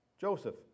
Joseph